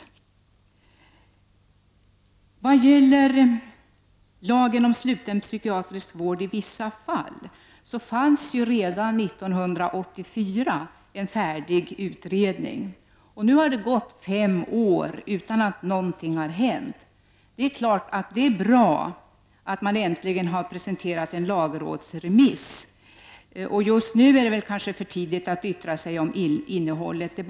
Redan 1984 fanns en färdig utredning i fråga om lagen om sluten psykiatrisk vård i vissa fall. Nu har det gått fem år utan att någonting har hänt. Det är klart att det är bra att man äntligen har presenterat en lagrådsremiss. Just nu är det kanske för tidigt att yttra sig om innehållet i denna.